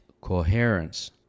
coherence